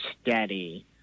steady